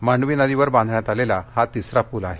मांडवी नदीवर बांधण्यात आलेला हा तिसरा पूल आहे